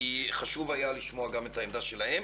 כי חשוב היה לשמוע גם את העמדה שלהם.